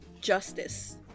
justice